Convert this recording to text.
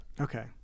Okay